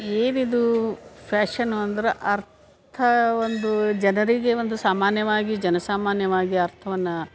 ಏನಿದು ಫ್ಯಾಷನು ಅಂದ್ರೆ ಅರ್ಥ ಒಂದು ಜನರಿಗೆ ಒಂದು ಸಾಮಾನ್ಯವಾಗಿ ಜನ ಸಾಮಾನ್ಯವಾಗಿ ಅರ್ಥವನ್ನು